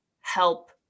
help